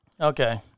Okay